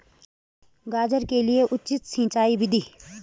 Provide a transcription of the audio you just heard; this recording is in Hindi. गाजर के लिए उचित सिंचाई विधि?